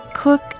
cook